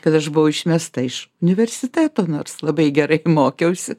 kad aš buvau išmesta iš universiteto nors labai gerai mokiausi